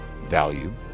value